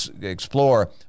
explore